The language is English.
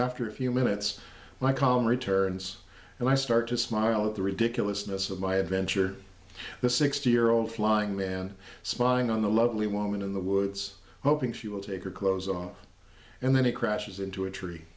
after a few minutes my calm returns and i start to smile at the ridiculousness of my adventure the sixty year old flying man spying on the lovely woman in the woods hoping she will take her clothes off and then he crashes into a tree